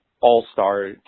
all-star